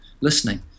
listening